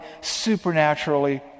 supernaturally